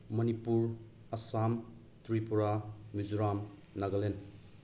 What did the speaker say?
Manipur Assam Tripura Mizoram Nagaland